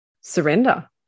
surrender